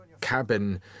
cabin